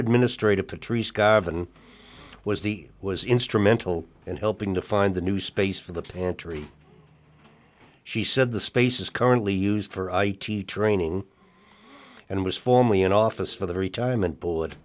garvan was the was instrumental in helping to find a new space for the pantry she said the space is currently used for i t training and was formerly in office for the retirement board